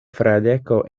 fradeko